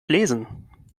lesen